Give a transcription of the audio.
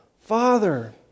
Father